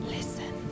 Listen